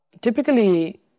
typically